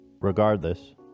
Regardless